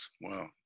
Wow